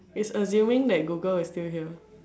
it's assuming that Google is still here